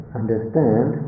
understand